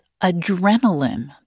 adrenaline